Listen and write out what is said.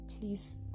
Please